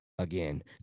Again